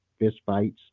fistfights